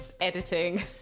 Editing